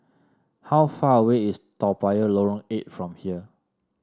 how far away is Toa Payoh Lorong Eight from here